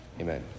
Amen